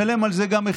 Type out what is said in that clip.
וגם משלם על זה מחירים.